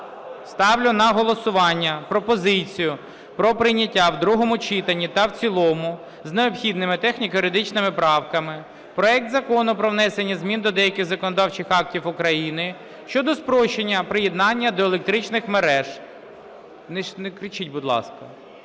Ставлю на голосування пропозицію про прийняття в другому читанні та в цілому з необхідними техніко-юридичними правками проект Закону про внесення змін до деяких законодавчих актів України щодо спрощення приєднання до електричних мереж. Не кричіть, будь ласка.